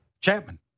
Chapman